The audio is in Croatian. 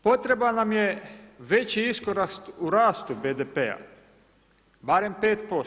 Potreban nam je veći iskorak u ratu BDP-a, barem 5%